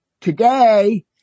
Today